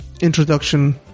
introduction